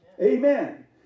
Amen